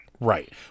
Right